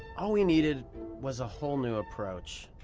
all we needed was a whole new approach.